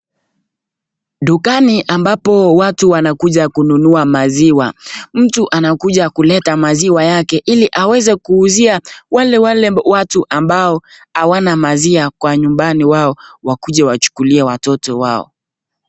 Dukani ambapo watu wanakuja kununua maziwa, mtu anakuja kuleta maziwa yake ili aweze kuuzia wale wale watu ambao hawana maziwa kwa nyumbani wao wakuje wachukulie watoto wao.